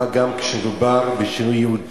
מה גם כשדובר בשינוי ייעוד